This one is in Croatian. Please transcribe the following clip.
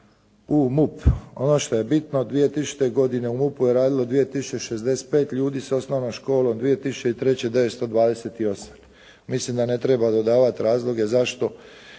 u MUP. Ono što je bitno 2000. godine u MUP-u je radilo 2065 ljudi sa osnovnom školom, 2003. 928. Mislim da ne treba dodavati razloge zašto